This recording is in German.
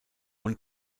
und